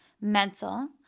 mental